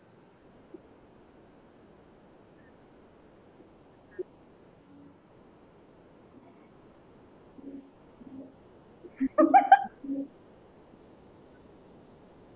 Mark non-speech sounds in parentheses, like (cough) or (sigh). (laughs)